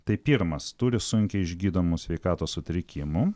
tai pirmas turi sunkiai išgydomų sveikatos sutrikimų